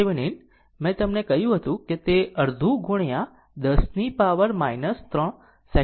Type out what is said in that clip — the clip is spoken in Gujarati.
C RThevenin મેં તમને કહ્યું હતું કે તે અડધું ગુણ્યા 10 ની પાવર 3 સેકંડ થઈ જશે